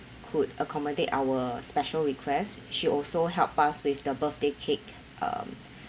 could accommodate our special request she also helped us with the birthday cake uh